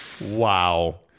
Wow